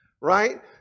Right